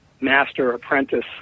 master-apprentice